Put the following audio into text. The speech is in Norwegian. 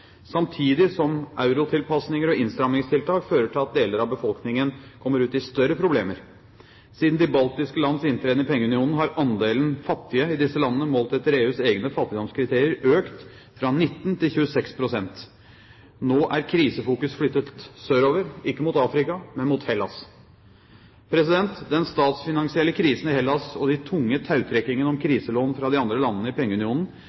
samtidig som eurotilpasninger og innstrammingstiltak fører til at deler av befolkningen kommer ut i større problemer. Etter de baltiske lands inntreden i pengeunionen har andelen fattige i disse landene – målt etter EUs egne fattigdomskriterier – økt fra 19 til 26 pst. Nå er krisefokus flyttet sørover – ikke mot Afrika, men mot Hellas. Den statsfinansielle krisen i Hellas og de tunge tautrekkingene om kriselån fra de andre landene i pengeunionen,